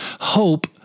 Hope